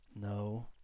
No